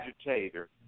agitator